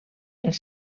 els